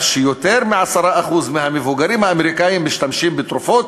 שיותר מ-10% מהמבוגרים משתמשים בתרופות.